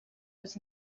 was